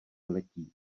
letí